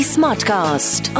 Smartcast